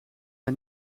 hij